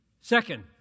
Second